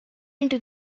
into